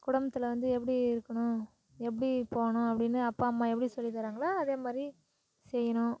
குடும்பத்தில் வந்து எப்படி இருக்கணும் எப்படி போகணும் அப்படின்னு அப்பா அம்மா எப்படி சொல்லித் தர்றாங்களோ அதே மாதிரி செய்யணும்